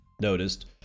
noticed